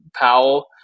Powell